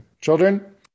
children